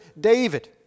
David